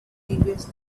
previous